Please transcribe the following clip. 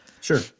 Sure